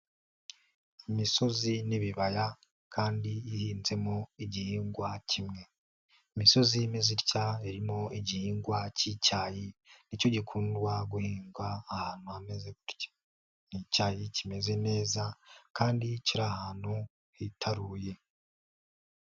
Imisozi n'ibibaya kandi ihinzemo igihingwa kimwe, imisozi imeze itya irimo igihingwa cy'icyayi, nicyo gikundwa guhingwa ahantu hameze gutya, ni icyayi kimeze neza kandi kiri ahantu hitaruye.